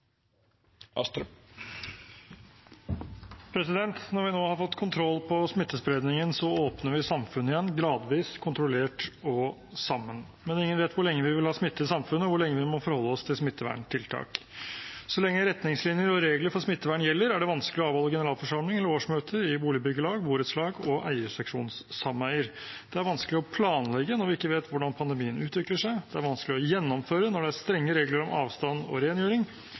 sammen. Men ingen vet hvor lenge vi vil ha smitte i samfunnet, og hvor lenge vi må forholde oss til smitteverntiltak. Så lenge retningslinjer og regler for smittevern gjelder, er det vanskelig å avholde generalforsamling eller årsmøte i boligbyggelag, borettslag og eierseksjonssameier. Det er vanskelig å planlegge når vi ikke vet hvordan pandemien utvikler seg. Det er vanskelig å gjennomføre når det er strenge regler om avstand og rengjøring,